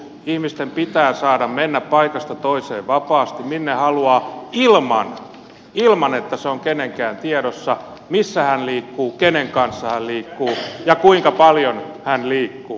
ihmisen pitää saada mennä paikasta toiseen vapaasti minne haluaa ilman että se on kenenkään tiedossa missä hän liikkuu kenen kanssa hän liikkuu ja kuinka paljon hän liikkuu